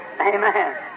Amen